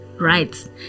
Right